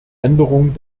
änderung